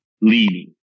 leading